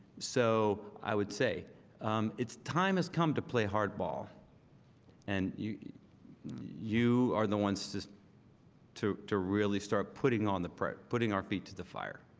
so i would say it's time has come to play hardball and you you are the ones just to to really start putting on the prep putting our feet to the fire